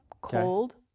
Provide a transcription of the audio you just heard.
cold